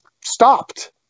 stopped